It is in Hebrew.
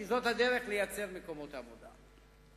כי זאת הדרך לייצר מקומות עבודה.